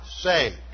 saved